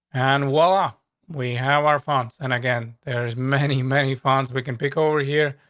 and while ah we have our funds and again, there's many, many funds we can pick over here.